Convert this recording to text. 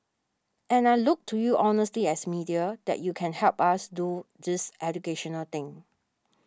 and I look to you honestly as media that you can help us do this educational thing